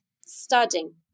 studying